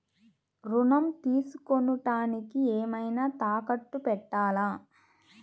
ఋణం తీసుకొనుటానికి ఏమైనా తాకట్టు పెట్టాలా?